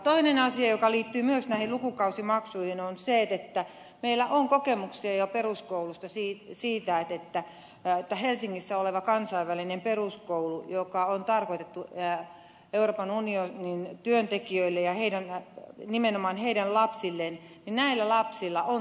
toinen asia joka liittyy myös näihin lukukausimaksuihin on se että meillä on kokemuksia jo peruskoulusta siitä että helsingissä olevassa kansainvälisessä peruskoulussa joka on tarkoitettu euroopan unionin työntekijöille ja nimenomaan heidän lapsilleen näillä lapsilla on lukukausimaksu